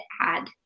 add